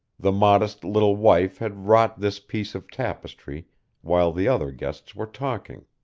the modest little wife had wrought this piece of tapestry while the other guests were talking.